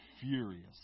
furious